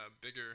bigger